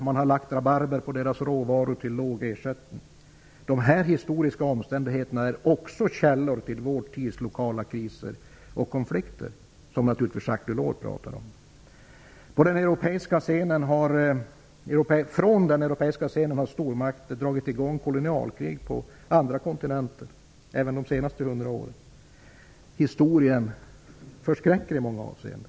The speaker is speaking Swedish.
Man har ''lagt rabarber på'' deras råvaror till låg ersättning. Dessa historiska omständigheter är också källor till vår tids lokala kriser och konflikter, vilka Jacques Delors talar om. Från den europeiska scenen har stormakter dragit i gång kolonialkrig på andra kontinenter, även under de senaste hundra åren. Historien förskräcker i många avseenden.